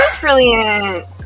brilliant